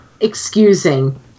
excusing